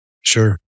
Sure